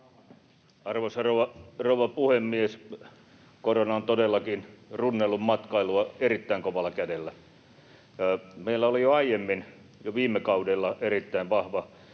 Arvoisa rouva puhemies! Korona on todellakin runnellut matkailua erittäin kovalla kädellä. Meillä oli jo aiemmin, jo viime kaudella, erittäin vahva